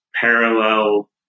parallel